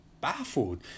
baffled